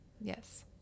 Yes